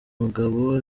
mugabo